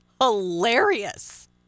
hilarious